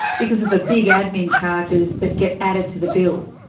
because of the big admin charges that get added to the bill.